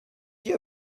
you